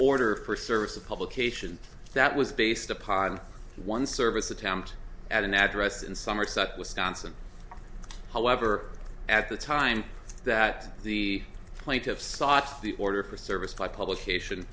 order for service of publication that was based upon one service attempt at an address in somerset wisconsin however at the time that the plaintiff sought the order for service by publication